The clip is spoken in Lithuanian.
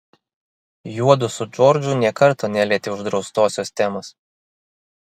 juodu su džordžu nė karto nelietė uždraustosios temos